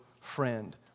friend